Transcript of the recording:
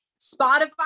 Spotify